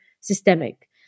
systemic